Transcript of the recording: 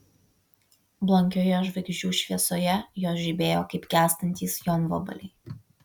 blankioje žvaigždžių šviesoje jos žibėjo kaip gęstantys jonvabaliai